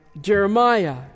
Jeremiah